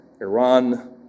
Iran